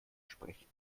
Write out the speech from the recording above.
sprechen